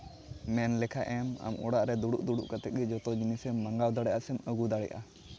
ᱢᱮᱱ ᱞᱮᱠᱷᱟᱱ ᱮᱢ ᱟᱢ ᱚᱲᱟᱜ ᱨᱮ ᱫᱩᱲᱩᱵ ᱫᱩᱲᱩᱵ ᱠᱟᱛᱮᱫ ᱜᱮ ᱡᱚᱛᱚ ᱡᱤᱱᱤᱥ ᱮᱢ ᱢᱟᱜᱟᱣ ᱫᱟᱲᱮᱭᱟᱜᱼᱟ ᱥᱮᱢ ᱟᱹᱜᱩ ᱫᱟᱲᱮᱭᱟᱜᱼᱟ